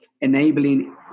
enabling